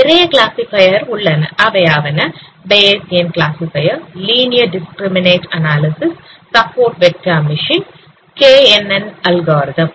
நிறைய கிளாசிஃபையர் உள்ளன அவையாவன Bayesian classifier linear discriminant analysis support vector machine KNN algorithm